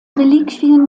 reliquien